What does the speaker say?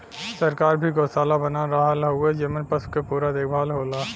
सरकार भी गौसाला बना रहल हउवे जेमन पसु क पूरा देखभाल होला